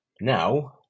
now